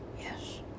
Yes